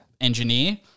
engineer